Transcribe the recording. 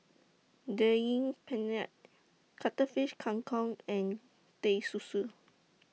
Daging Penyet Cuttlefish Kang Kong and Teh Susu